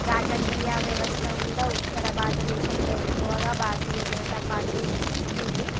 రాజకీయ వ్యవస్థ కూడా ఉత్తర భారత దేశంలో ఎక్కువగా భారతీయ జనతా పార్టీ ఉంటుంది